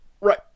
Right